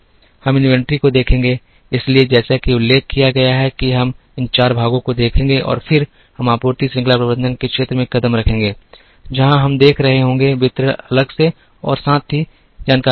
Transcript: हम इन्वेंट्री को देखेंगे इसलिए जैसा कि उल्लेख किया गया है हम इन चार भागों को देखेंगे और फिर हम आपूर्ति श्रृंखला प्रबंधन क्षेत्र में कदम रखेंगे जहां हम देख रहे होंगे वितरण अलग से और साथ ही जानकारी अलग से